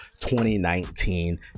2019